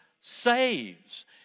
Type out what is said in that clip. saves